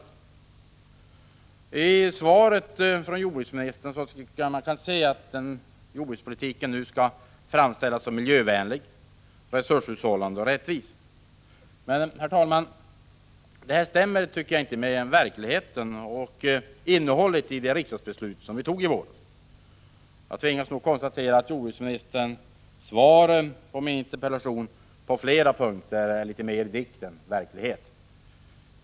Jag tycker att man i svaret från jordbruksministern kan se att jordbrukspolitiken nu skall framställas som miljövänlig, resurshushållande och rättvis. Men, herr talman, det tycker jag inte stämmer med verkligheten och innehållet i det riksdagsbeslut som vi tog i våras. Jag tvingas nog konstatera att jordbruksministerns svar på min interpellation på flera punkter är litet mer dikt än verklighet.